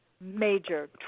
major